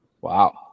Wow